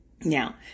Now